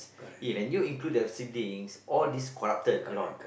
even you include the siblings all this corrupted or not